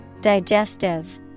Digestive